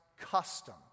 custom